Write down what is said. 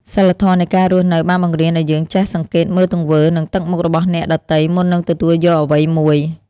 សីលធម៌នៃការរស់នៅបានបង្រៀនឱ្យយើងចេះសង្កេតមើលទង្វើ និងទឹកមុខរបស់អ្នកដទៃមុននឹងទទួលយកអ្វីមួយ។